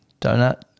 donut